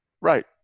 Right